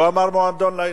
לא אמר "מועדון לילה".